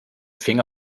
finger